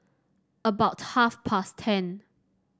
about half past ten